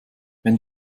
wenn